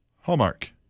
Hallmark